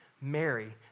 Mary